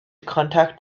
contact